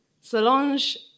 Solange